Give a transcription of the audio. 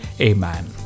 Amen